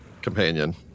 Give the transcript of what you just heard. companion